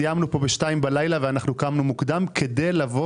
סיימנו פה ב-2 בלילה וקמנו מוקדם כדי להשתתף בישיבה הזאת,